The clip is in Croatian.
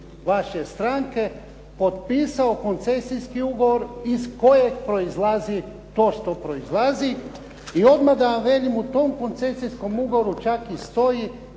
vaše stranke potpisao koncesijski ugovor iz kojeg proizlazi to što proizlazi. I odmah da vam kažem, u tom koncesijskom ugovoru čak i stoji